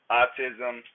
autism